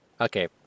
Okay